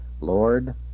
Lord